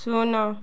ଶୂନ